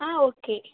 ஆ okay